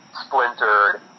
splintered